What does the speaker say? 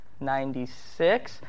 96